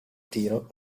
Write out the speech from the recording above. tiro